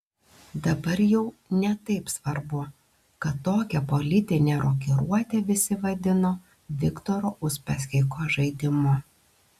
dabar jau ne taip svarbu kad tokią politinę rokiruotę visi vadino viktoro uspaskicho žaidimu